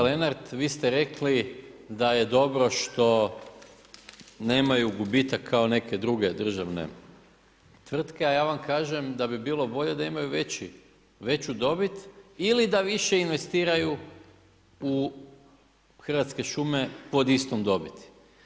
Kolega Lenart, vi ste rekli da je dobro što nemaju gubitak kao neke druge državne tvrtke, a ja vam kažem da bi bilo bolje da imaju veću dobit ili da više investiraju u Hrvatske šume pod istom dobiti.